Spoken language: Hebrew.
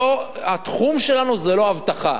התחום שלנו זה לא אבטחה.